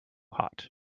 hot